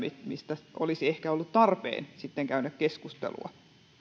mistä olisi ehkä ollut tarpeen käydä keskustelua